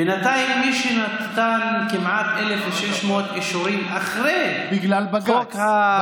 בינתיים מי שנתן כמעט 1,600 אישורים אחרי חוק האזרחות,